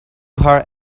her